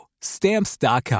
Stamps.com